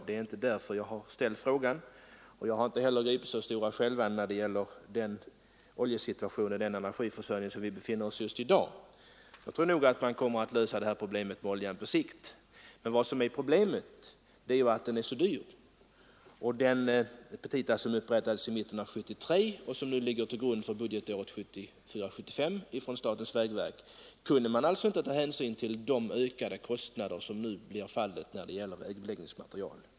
Det är inte därför jag har ställt frågan, och jag har inte heller gripits av stora skälvan på grund av den situation beträffande oljan och energiförsörjningen som vi befinner oss i just i dag. Jag tror nog att oljefrågorna kommer att lösas på sikt, men problemet är att oljan ökat kraftigt i pris. I den petita som upprättades av statens vägverk i mitten av år 1973 och som ligger till grund för budgetåret 1974/75 kunde man inte ta hänsyn till de ökade kostnader som nu kommer att uppstå för vägbeläggningsmaterial.